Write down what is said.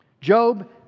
Job